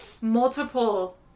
multiple